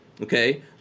Okay